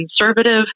conservative